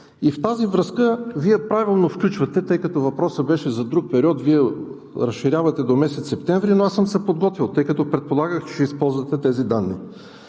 В тази връзка Вие правилно включвате, тъй като въпросът беше за друг период, за разширяване до месец септември, но съм се подготвил, тъй като предполагах, че ще използвате тези данни.